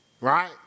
right